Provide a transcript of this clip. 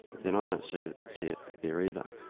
then i don't see that that's there either.